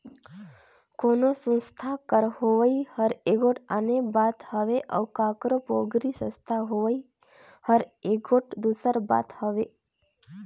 कोनो संस्था कर होवई हर एगोट आने बात हवे अउ काकरो पोगरी संस्था होवई हर एगोट दूसर बात हवे